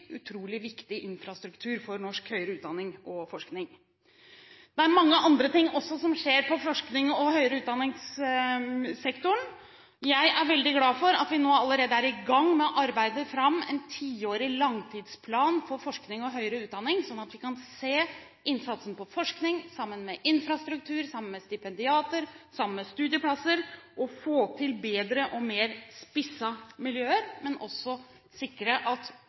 utrolig viktig infrastruktur for norsk høyere utdanning og forskning. Det er også mange andre ting som skjer i forsknings- og utdanningssektoren. Jeg er veldig glad for at vi allerede er i gang med å arbeide fram en tiårig langtidsplan for forskning og høyere utdanning, sånn at vi kan se innsatsen på forskning sammen med infrastruktur, sammen med stipendiater, sammen med studieplasser, for å få til bedre og mer spissede miljøer og å sikre at